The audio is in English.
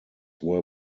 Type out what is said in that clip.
were